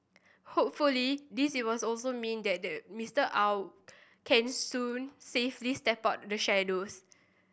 hopefully this was also mean that the Mister Aw can soon safely step out the shadows